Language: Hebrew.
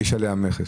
יש עליה מכס?